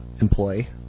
employee